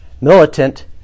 militant